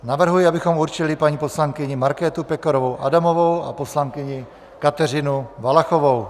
Navrhuji, abychom určili paní poslankyni Markétu Pekarovou Adamovou a poslankyni Kateřinu Valachovou.